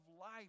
life